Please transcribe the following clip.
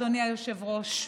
אדוני היושב-ראש,